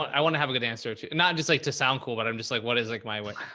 i want to have a good answer too. not just like to sound cool, but i'm just like, what is like my way,